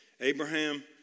Abraham